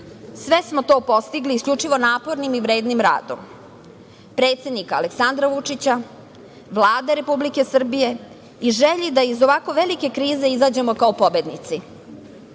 Sve smo to postigli isključivo napornim i vrednim radom predsednika Aleksandra Vučića, Vlade Republike Srbije i želje da iz ovako velike krize izađemo kao pobednici. Ovo